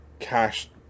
cash